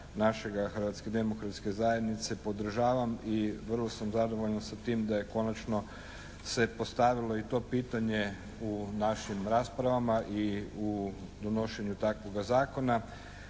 našega Hrvatske demokratske zajednice podržavam i vrlo sam zadovoljan sa tim da je konačno se postavilo i to pitanje u našim raspravama i u donošenju takvoga zakona